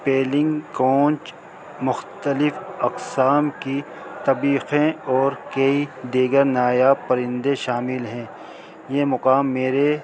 peeling کونچ مختلف اقسام کی طبیقیں اور کئی دیگر نایا پرندے شامل ہیں یہ مقام میرے